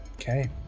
Okay